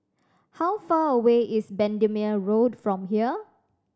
how far away is Bendemeer Road from here